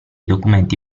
documenti